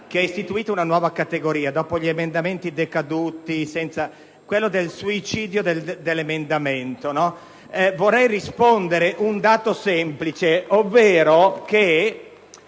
che ha istituito una nuova categoria: dopo gli emendamenti decaduti, quella del suicidio dell'emendamento. Vorrei rispondere con un dato semplice, ovvero che